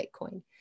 Bitcoin